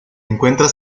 encuentra